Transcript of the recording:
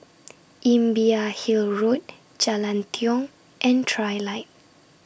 Imbiah Hill Road Jalan Tiong and Trilight